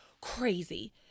crazy